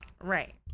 right